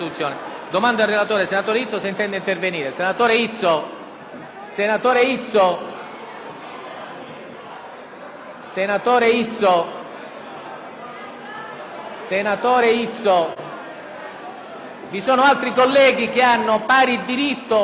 intervenire. Vi sono altri colleghi che hanno pari diritto al collega precedente che venga trattata la loro tematica, colleghi! Senatore Izzo,